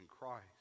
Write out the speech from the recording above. Christ